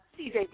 CJB